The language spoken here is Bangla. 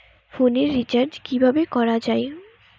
ফোনের রিচার্জ কিভাবে করা যায়?